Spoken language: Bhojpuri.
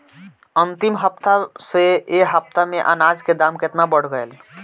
अंतिम हफ्ता से ए हफ्ता मे अनाज के दाम केतना बढ़ गएल?